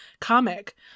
comic